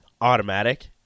automatic